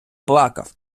плакав